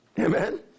Amen